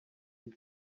isi